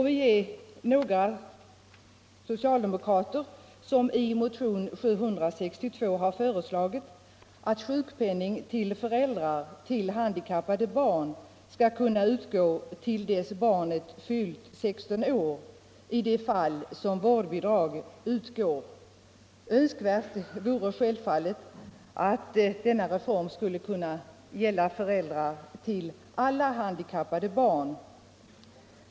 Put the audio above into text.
Vi — några socialdemokrater — har i motionen 762 föreslagit att sjukpenning till förälder med handikappat barn skall utgå till dess barnet har fyllt 16 år i de fall då vårdbidrag utgår. Önskvärt vore självfallet att denna ersättning kunde utgå till alla föräldrar till handikappade barn.